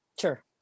Sure